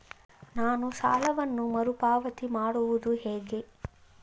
ನಾನು ಸಾಲವನ್ನು ಮರುಪಾವತಿ ಮಾಡುವುದು ಹೇಗೆ?